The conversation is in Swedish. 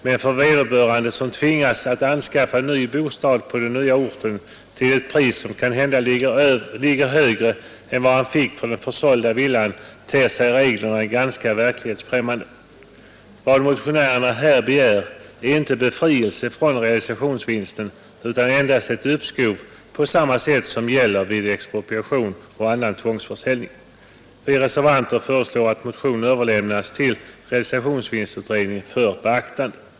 Men för vederbörande som tvingas att anskaffa en ny bostad på den nya orten till ett pris, som kanhända ligger högre än vad han fick för den försålda villan, ter sig reglerna ganska verklighetsfrämmande. Vad motionären här begär är inte befrielse från realisationsvinsten utan endast ett uppskov på samma sätt som gäller vid expropriation och annan tvångsförsäljning. Vi reservanter föreslår att motionen överlämnas till realisationsvinstutredningen för beaktande.